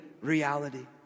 reality